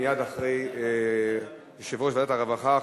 מייד אחרי יושב-ראש ועדת הרווחה,